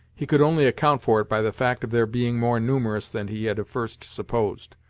he could only account for it by the fact of their being more numerous than he had at first supposed,